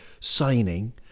signing